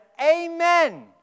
amen